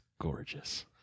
gorgeous